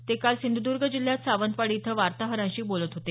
ते काल सिंधूदर्ग जिल्ह्यात सावंतवाडी इथं वार्ताहरांशी बोलत होते